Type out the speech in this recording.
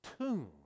tomb